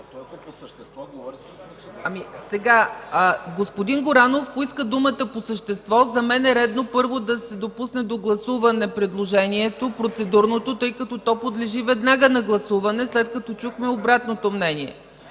реплики.) Господин Горанов поиска думата по същество. За мен е редно, първо, да се допусне до гласуване процедурното предложението, тъй като то подлежи веднага на гласуване, след като чухме обратното мнение.